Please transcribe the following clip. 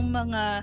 mga